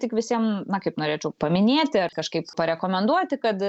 tik visiem na kaip norėčiau paminėti ar kažkaip parekomenduoti kad